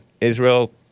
Israel